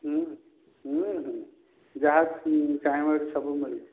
ଯାହା ଚାହିଁବ ସବୁ ମିଳିବ